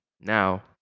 Now